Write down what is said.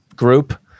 group